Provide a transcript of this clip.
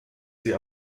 sie